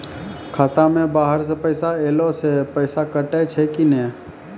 खाता मे बाहर से पैसा ऐलो से पैसा कटै छै कि नै?